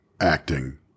acting